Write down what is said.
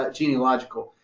but genealogical.